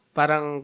Parang